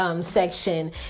section